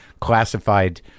classified